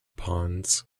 pawns